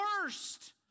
worst